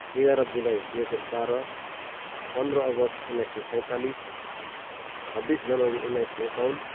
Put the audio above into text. एघार जुलाई दुई हजार बाह्र पन्ध्र अगस्त उन्नाइस सय सैँतालिस छब्बिस जनवरी उन्नाइस सय एकाउन्न